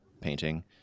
painting